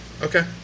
okay